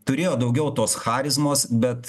turėjo daugiau tos charizmos bet